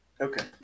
Okay